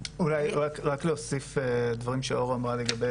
אולי רק להוסיף לדברים שאור אמרה קודם.